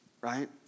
right